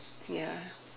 ya